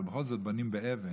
אבל בכל זאת בונים באבן,